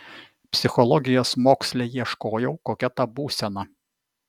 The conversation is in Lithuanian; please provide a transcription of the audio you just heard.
psichologijos moksle ieškojau kokia ta būsena